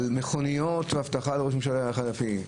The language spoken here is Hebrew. על מכוניות ואבטחה לראש ממשלה חליפי.